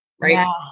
right